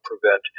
prevent